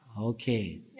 Okay